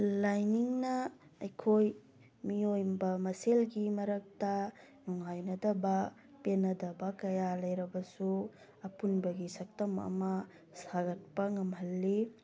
ꯂꯥꯏꯅꯤꯡꯅ ꯑꯩꯈꯣꯏ ꯃꯤꯑꯣꯏꯕ ꯃꯁꯦꯜꯒꯤ ꯃꯔꯛꯇ ꯅꯨꯡꯉꯥꯏꯅꯗꯕ ꯄꯦꯟꯅꯗꯕ ꯀꯌꯥ ꯂꯩꯔꯕꯁꯨ ꯑꯄꯨꯟꯕꯒꯤ ꯁꯛꯇꯝ ꯑꯃ ꯁꯥꯒꯠꯄ ꯉꯝꯍꯜꯂꯤ